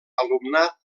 alumnat